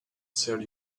sell